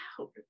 out